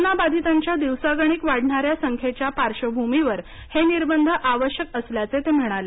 कोरोनाबाधीतांच्या दिवसागणिक वाढणाऱ्या संख्येच्या पार्श्वभूमीवर हे निर्बंध आवश्यक असल्याचे ते म्हणाले